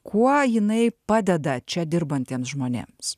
kuo jinai padeda čia dirbantiems žmonėms